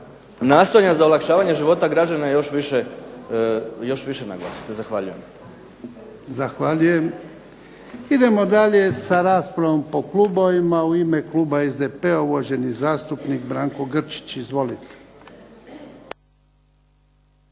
nastojanje za olakšavanje života građana još više naglasite. Zahvaljujem. **Jarnjak, Ivan (HDZ)** Zahvaljujem. Idemo dalje sa raspravom po klubovima. U ime kluba SDP-a uvaženi zastupnik Branko Grčić. Izvolite.